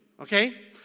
Okay